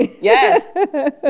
Yes